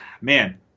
Man